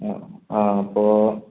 ആ ആ അപ്പോൾ